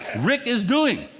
rick is doing.